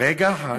רגע אחד.